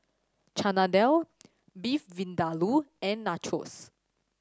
Chana Dal Beef Vindaloo and Nachos